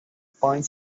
point